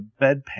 bedpan